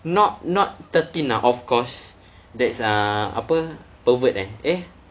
not not thirteen ah of course that's err apa pervert ah eh